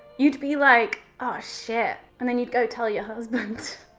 you to be like, oh shit, and then you'd go tell your husband,